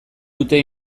dute